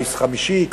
גיס חמישי,